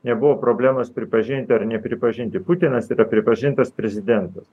nebuvo problemos pripažinti ar nepripažinti putinas yra pripažintas prezidentas